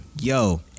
Yo